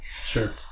Sure